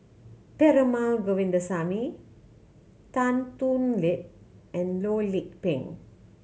Perumal Govindaswamy Tan Thoon Lip and Loh Lik Peng